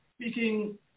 speaking